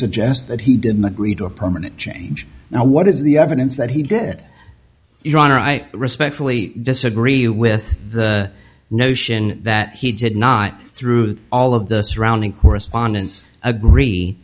suggests that he didn't agree to a permanent change now what is the evidence that he dead your honor i respectfully disagree with the notion that he did not through all of the surrounding correspondence agree